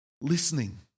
listening